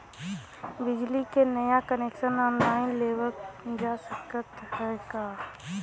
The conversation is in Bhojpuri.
बिजली क नया कनेक्शन ऑनलाइन लेवल जा सकत ह का?